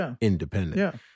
independent